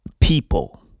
people